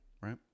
right